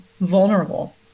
vulnerable